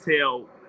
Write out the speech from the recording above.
tell